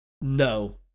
No